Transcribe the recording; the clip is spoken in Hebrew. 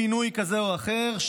כשבאים לבקש שינוי כזה או אחר,